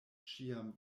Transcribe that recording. ĉiam